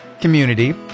community